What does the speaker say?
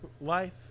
life